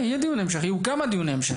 יהיו כמה דיונים המשך.